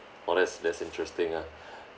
oh that's that's interesting ah